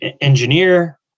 engineer